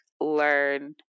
learn